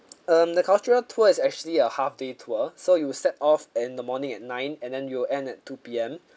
um the cultural tour is actually a half day tour so you set off in the morning at nine and then you will end at two P_M